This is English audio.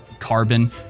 Carbon